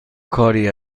کاری